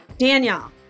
Danielle